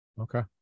Okay